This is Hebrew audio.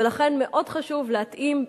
ולכן מאוד חשוב להתאים,